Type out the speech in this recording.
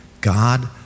God